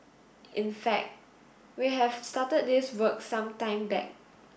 in fact we have started this work some time back